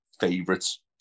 favorites